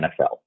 NFL